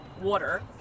water